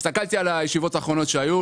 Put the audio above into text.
הסתכלתי על הישיבות האחרונות שהיו,